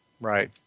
Right